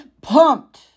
pumped